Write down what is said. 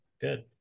good